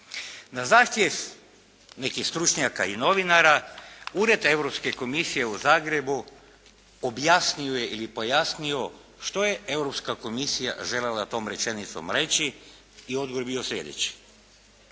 Na zahtjev nekih stručnjaka i novinara Ured Europske Komisije u Zagrebu objasnio je ili pojasnio što je Europska Komisija željela tom rečenicom reći i odgovor je bio sljedeći: